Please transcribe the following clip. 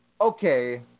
Okay